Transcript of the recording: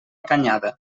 canyada